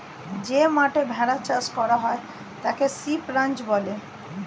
যে মাঠে ভেড়া চাষ করা হয় তাকে শিপ রাঞ্চ বলে